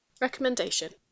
Recommendation